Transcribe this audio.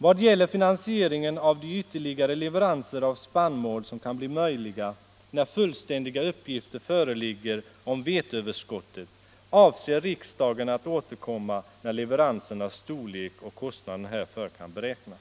Vad gäller finansieringen av de ytterligare leveranser av spannmål som kan bli möjliga när fullständiga uppgifter föreligger om veteöverskottet avser riksdagen att återkomma när leveransernas storlek och kostnaden härför kan beräknas.”